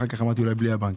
אולי בלי הבנקים.